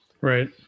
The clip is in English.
Right